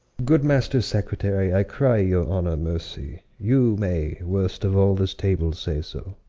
good m aster. secretary, i cry your honour mercie you may worst of all this table say so